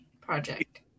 project